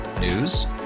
News